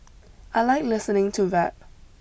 I like listening to rap